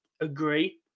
Agree